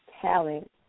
talent